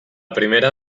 primera